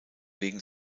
wegen